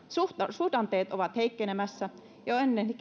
suhdanteet olivat heikkenemässä jo ennen